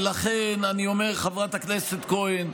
ולכן אני אומר, חברת הכנסת כהן,